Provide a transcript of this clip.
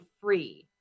free